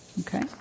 Okay